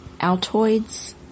Altoids